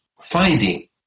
finding